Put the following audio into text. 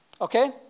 Okay